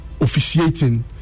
officiating